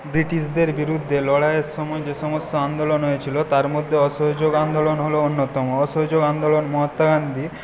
ব্রিটিশদের বিরুদ্ধে লড়াইয়ের সময় যে সমস্ত আন্দোলন হয়েছিল তার মধ্যে অসহযোগ আন্দোলন হল অন্যতম অসহযোগ আন্দোলন মহাত্মা গান্ধী